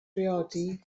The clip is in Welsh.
briodi